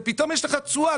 ופתאום יש לך תשואה.